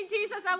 Jesus